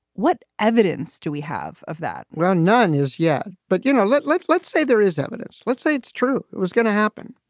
what evidence do we have of that? well, none is yet. but, you know, let's let's let's say there is evidence. let's say it's true. it was going to happen.